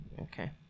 Okay